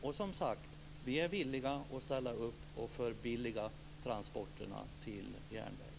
Vi är som sagt villiga att ställa upp och förbilliga transporterna till järnväg.